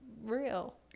real